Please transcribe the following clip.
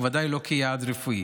ובוודאי לא כיעד רפואי,